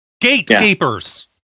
gatekeepers